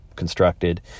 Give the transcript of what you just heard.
constructed